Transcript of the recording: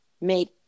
made